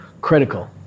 critical